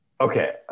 Okay